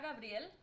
gabriel